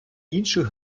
інших